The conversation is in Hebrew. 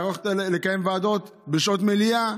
לקיים ועדות בשעות מליאה?